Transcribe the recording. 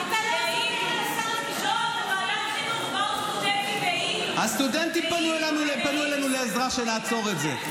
חשוב שהוא ידע -- הסטודנטים פנו אלינו לעזרה שנעצור את זה.